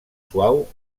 suau